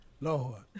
Lord